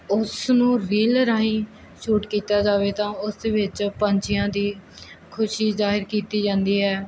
ਉਸ ਨੂੰ ਰੀਲ ਰਾਹੀਂ ਸ਼ੂਟ ਕੀਤਾ ਜਾਵੇ ਤਾਂ ਉਸ ਵਿੱਚ ਪੰਛੀਆਂ ਦੀ ਖੁਸ਼ੀ ਜ਼ਾਹਰ ਕੀਤੀ ਜਾਂਦੀ ਹੈ